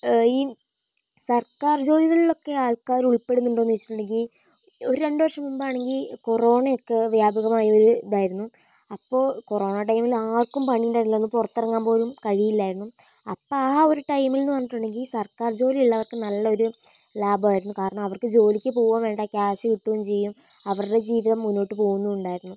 ഈ സർക്കാർ ജോലികളിലൊക്കെ ആൾക്കാര് ഉൾപ്പെടുന്നുണ്ടോന്ന് ചോദിച്ചിട്ടുണ്ടെങ്കിൽ ഒരു രണ്ടുവർഷം മുമ്പാണെങ്കിൽ കൊറോണയക്കെ വ്യാപകമായ ഒര് ഇതായിരുന്നു അപ്പൊൾ കൊറോണ ടൈമിലാർക്കും പണിയിണ്ടായിരുന്നില്ല അന്ന് പുറത്തിറങ്ങാൻ പോലും കഴിയില്ലായിരുന്നു അപ്പം ആ ഒരു ടൈമിലെന്ന് പറഞ്ഞിട്ടുണ്ടെങ്കി സർക്കാർ ജോലിയുള്ളവർക്ക് നല്ലൊരു ലാഭാരുന്നു കാരണം അവർക്ക് ജോലിക്ക് പോവുകയും വേണ്ട ക്യാഷ് കിട്ടുകയും ചെയ്യും അവരുടെ ജീവിതം മുന്നോട്ട് പോവുന്നുമുണ്ടായിരുന്നു